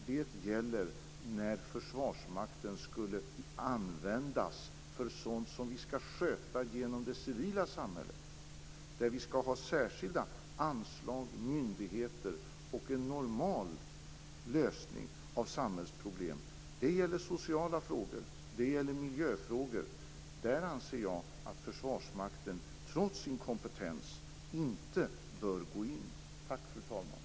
Det gäller när Försvarsmakten skulle användas för sådant som vi skall sköta genom det civila samhället, där vi skall ha särskilda anslag, myndigheter och en normal lösning av samhällsproblem. Det gäller sociala frågor, det gäller miljöfrågor. Där anser jag att Försvarsmakten, trots sin kompetens, inte bör gå in. Tack, fru talman!